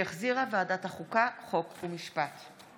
שהחזירה ועדת החוקה, חוק ומשפט.